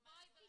אז תשאלו.